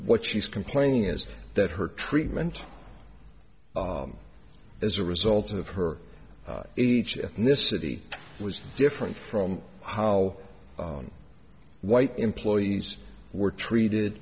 what she's complaining is that her treatment as a result of her each ethnicity was different from how white employees were treated